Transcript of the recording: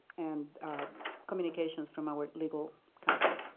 and communications from our legal counsel.